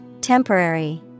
Temporary